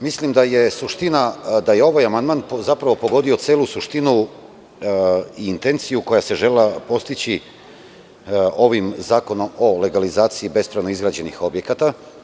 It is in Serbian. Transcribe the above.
Mislim da je ovaj amandman zapravo pogodio celu suštinu i intenciju koja se želela postići ovim zakonom o legalizaciji bespravno izgrađenih objekata.